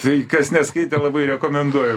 tai kas neskaitė labai rekomenduoju